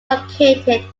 located